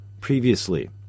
Previously